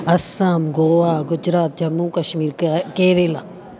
असाम गोवा गुजरात जम्मू कश्मीर क केरला